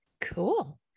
Cool